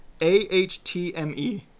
A-H-T-M-E